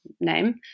name